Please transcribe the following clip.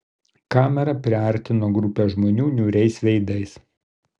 kamera priartino grupę žmonių niūriais veidais